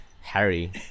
harry